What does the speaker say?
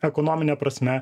ekonomine prasme